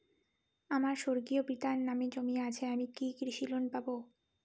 আমার স্বর্গীয় পিতার নামে জমি আছে আমি কি কৃষি লোন পাব?